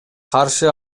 каршы